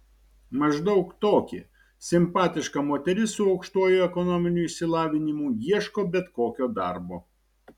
maždaug tokį simpatiška moteris su aukštuoju ekonominiu išsilavinimu ieško bet kokio darbo